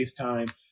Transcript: FaceTime